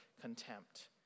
contempt